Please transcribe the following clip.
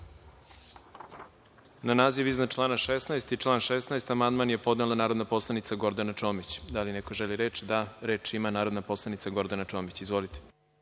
Na naziv iznad člana 24. i član 24. amandman je podnela narodna poslanica Gordana Čomić. Da li neko želi reč? (Da)Reč ima narodna poslanica Gordana Čomić. Izvolite.